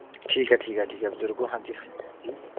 ਠੀਕ ਹੈ ਠੀਕ ਹੈ ਠੀਕ ਹੈ ਬਜ਼ੁਰਗੋ ਹਾਂਜੀ ਹਾਂਜੀ